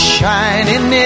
shining